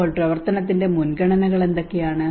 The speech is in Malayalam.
അപ്പോൾ പ്രവർത്തനത്തിന്റെ മുൻഗണനകൾ എന്തൊക്കെയാണ്